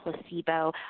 placebo